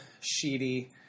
Sheedy